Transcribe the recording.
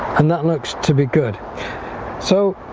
and that looks to be good so